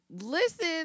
Listen